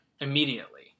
immediately